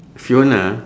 fiona